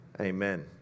Amen